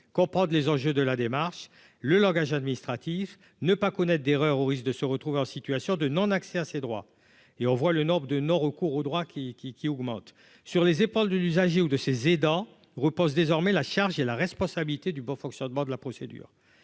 comprendre les enjeux de la démarche, le langage administratif ne pas connaître d'erreurs au risque de se retrouver en situation de non-accès à ces droits et on voit le nombre de non-recours au droit qui qui qui augmente sur les épaules de l'usager ou de ces aidants repose désormais la charge et la responsabilité du bon fonctionnement de la procédure,